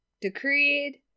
Decreed